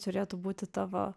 turėtų būti tavo